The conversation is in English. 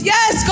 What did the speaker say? Yes